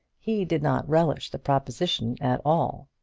he did not relish the proposition at all.